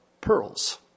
pearls